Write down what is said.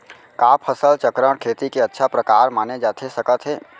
का फसल चक्रण, खेती के अच्छा प्रकार माने जाथे सकत हे?